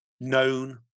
known